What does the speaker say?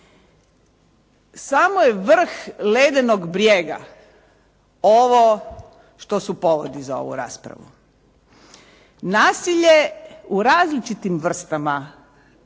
Sam je vrh ledenog brijega ovo što su povodi za ovu raspravu. Nasilje u različitim vrstama